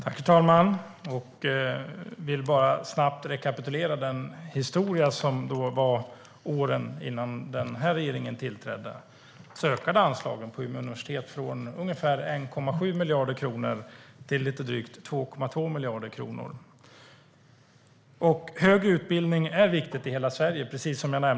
Herr talman! Jag vill bara snabbt rekapitulera historien från åren närmast innan den här regeringen tillträdde. Då ökade anslagen till Umeå universitet från ungefär 1,7 miljarder kronor till lite drygt 2,2 miljarder kronor. Högre utbildning är viktigt i hela Sverige.